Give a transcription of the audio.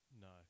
no